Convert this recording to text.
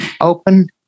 Open